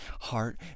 heart